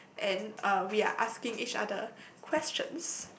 and uh we are asking each other questions